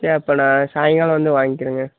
சரி அப்போ நான் சாயங்காலம் வந்து வாங்கிறேங்க